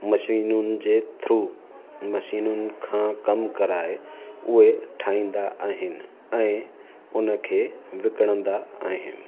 मशीनियुनि जे थ्रू मशीनियुनि खां कमु कराए उहे ठाहींदा आहिनि ऐं उनखे विकिणंदा आहिनि